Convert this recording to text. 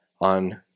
on